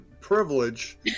privilege